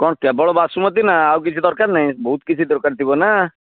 କ'ଣ କେବଳ ବାସୁମତି ନା ଆଉ କିଛି ଦରକାର ନାହିଁ ବହୁତ କିଛି ଦରକାର ଥିବନା